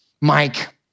Mike